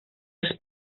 els